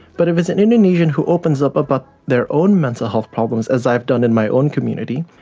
but if it's an indonesian who opens up about their own mental health problems, as i've done in my own community,